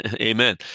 Amen